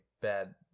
bad